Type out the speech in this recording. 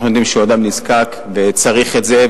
אנחנו יודעים שהוא אדם נזקק וצריך את זה,